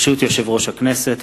ברשות יושב-ראש הכנסת,